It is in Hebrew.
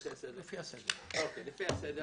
בסוף התקנות.